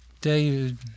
David